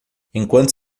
enquanto